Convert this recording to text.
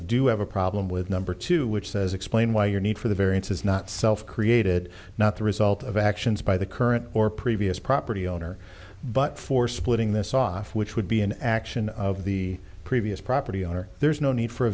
do have a problem with number two which says explain why your need for the variance is not self created not the result of actions by the current or previous property owner but for splitting this off which would be an action of the previous property owner there's no need for a